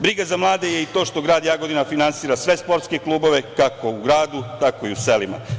Briga za mlade je i to što grad Jagodina finansira sve sportske klubove kako u gradu, tako i u selima.